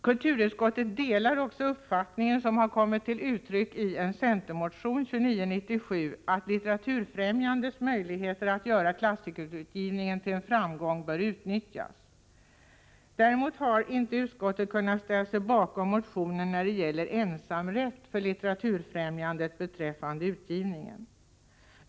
Kulturutskottet delar den uppfattning som kommer till uttryck i centermotionen 2997 att Litteraturfrämjandets möjligheter att göra klassikerutgivningen till en framgång bör utnyttjas. Däremot har inte utskottet kunnat ställa sig bakom motionen då det gäller ensamrätt för Litteraturfrämjandet beträffande utgivningen.